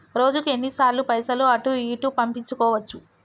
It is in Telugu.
రోజుకు ఎన్ని సార్లు పైసలు అటూ ఇటూ పంపించుకోవచ్చు?